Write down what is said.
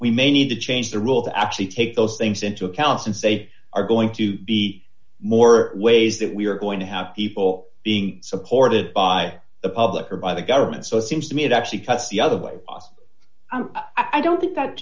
we may need to change the rule to actually take those things into account since they are going to be more ways that we are going to have people being supported by the public or by the government so it seems to me it actually cuts the other way possible and i don't think that